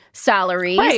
salaries